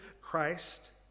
Christ